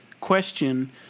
question